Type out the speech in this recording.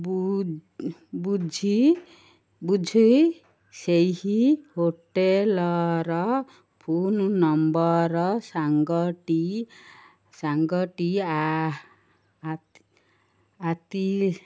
ବୁ ବୁଝ ବୁଝି ସେହି ହୋଟେଲର ଫୋନ୍ ନମ୍ବର ସାଙ୍ଗଟି ସାଙ୍ଗଟି ଆତି